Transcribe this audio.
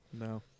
No